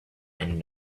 and